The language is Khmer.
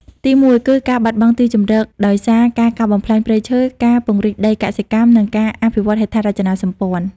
ទីមួយគឺ ការបាត់បង់ទីជម្រកដោយសារ ការកាប់បំផ្លាញព្រៃឈើ ការពង្រីកដីកសិកម្ម និងការអភិវឌ្ឍហេដ្ឋារចនាសម្ព័ន្ធ។